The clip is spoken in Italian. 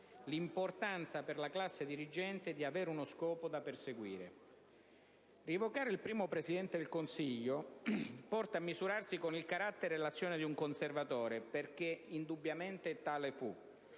l'importanza per la classe dirigente di avere uno scopo da perseguire. Rievocare il primo Presidente del Consiglio porta a misurarsi con il carattere e l'azione di un conservatore, perché indubbiamente tale fu,